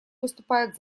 выступает